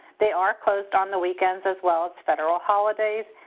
they are closed on the weekends, as well as federal holidays.